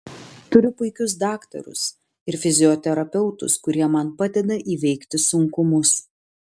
turiu puikius daktarus ir fizioterapeutus kurie man padeda įveikti sunkumus